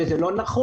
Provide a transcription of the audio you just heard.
וזה לא נכון.